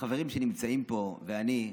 החברים שנמצאים פה ואני,